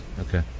Okay